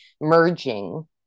merging